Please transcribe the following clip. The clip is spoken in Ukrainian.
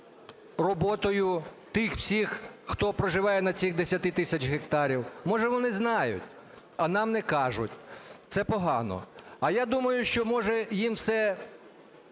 забезпечить їх роботою, тих всіх, хто проживає на цих 10 тисячах гектарів. Може, вони знають, а нам не кажуть. Це погано. А я думаю, що, може, їм все